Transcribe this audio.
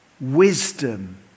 wisdom